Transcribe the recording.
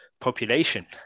population